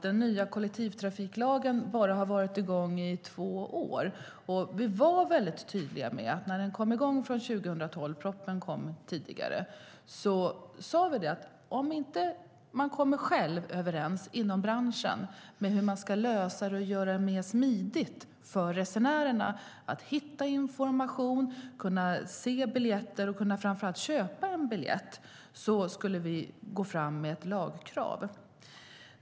Den nya kollektivtrafiklagen har bara varit i kraft i två år. Vi var väldigt tydliga när den trädde i kraft 2012, propositionen kom tidigare. Vi sade att om man inte själv kommer överens inom branschen om hur man ska lösa det och göra det mer smidigt för resenärerna att hitta information, kunna se biljetter och framför allt kunna köpa en biljett så skulle vi gå fram med ett lagkrav.